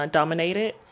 dominated